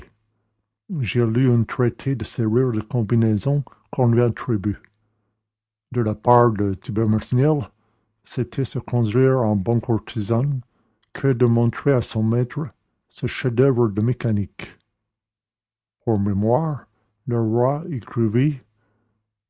j'ai lu un traité des serrures de combinaison qu'on lui attribue de la part de thibermesnil c'était se conduire en bon courtisan que de montrer à son maître ce chef-d'oeuvre de mécanique pour mémoire le roi écrivit